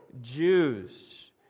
Jews